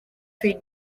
free